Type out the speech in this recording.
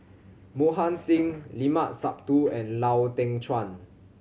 Mohan Singh Limat Sabtu and Lau Teng Chuan